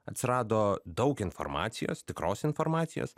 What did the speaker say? atsirado daug informacijos tikros informacijos